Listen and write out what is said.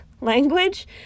language